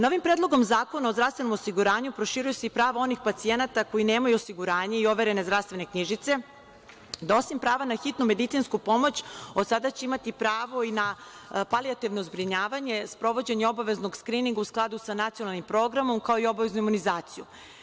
Novim predlogom zakona o zdravstvenom osiguranju, proširuje se i pravo onih pacijenata koji nemaju osiguranje i overene zdravstvene knjižice, da osim prava na hitnu medicinsku pomoć, od sada će imati pravo i na palijativno zbrinjavanje, sprovođenje obaveznog skrininga u skladu sa nacionalnim programom, kao i obaveznu imunizaciju.